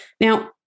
Now